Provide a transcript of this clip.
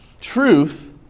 truth